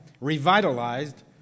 revitalized